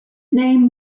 name